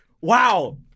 Wow